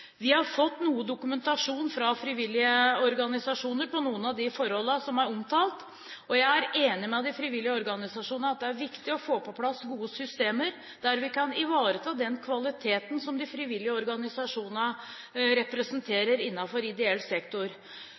Vi har fått noe dokumentasjon fra frivillige organisasjoner på noen av de forholdene som er omtalt. Jeg er enig med de frivillige organisasjonene i at det er viktig å få på plass gode systemer der vi kan ivareta den kvaliteten som de frivillige organisasjonene representerer innenfor ideell sektor.